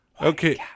Okay